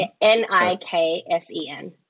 N-I-K-S-E-N